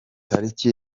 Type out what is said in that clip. tariki